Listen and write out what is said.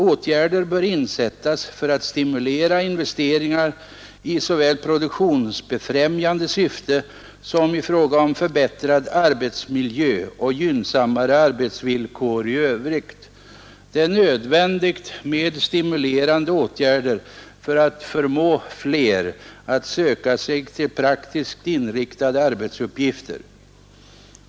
Åtgärder bör insättas för att stimulera investeringar i såväl produktionsbefrämjande syfte som i fråga om förbättrad arbetsmiljö och gynnsammare arbetsvillkor i övrigt. Det är nödvändigt med stimulerande åtgärder för att förmå flera att söka sig till praktiskt inriktade arbetsuppgifter.